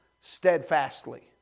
steadfastly